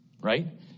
Right